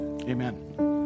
Amen